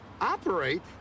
Operate